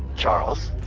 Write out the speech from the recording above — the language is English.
charles